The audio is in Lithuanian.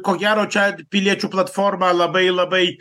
ko gero čia piliečių platforma labai labai